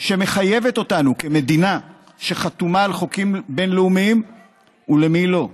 שמחייבת אותנו כמדינה שחתומה על חוקים בין-לאומיים ולמי לא.